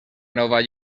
nova